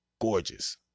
gorgeous